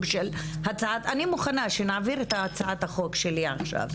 אני מוכנה שנעביר את הצעת החוק שלי עכשיו.